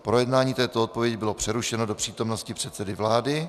Projednání této odpovědi bylo přerušeno do přítomnosti předsedy vlády.